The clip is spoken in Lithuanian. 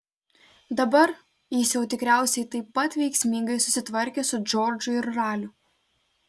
dabar jis jau tikriausiai taip pat veiksmingai susitvarkė su džordžu ir raliu